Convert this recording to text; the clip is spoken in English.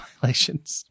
violations